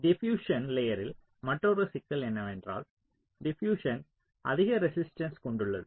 diffusion லேயர்ரில் மற்றொரு சிக்கல் என்னவென்றால் டிபியூஸ்சன் அதிக ரெசிஸ்ட்டன்ஸ் கொண்டுள்ளது